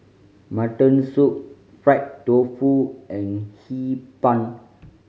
mutton soup fried tofu and Hee Pan